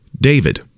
David